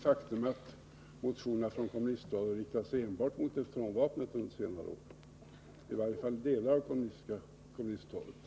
Fru talman! Förklaringen är möjligen det faktum att motionerna från åtminstone visst kommunistiskt håll under senare år riktats enbart mot neutronvapnet.